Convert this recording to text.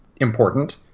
important